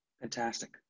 Fantastic